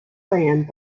land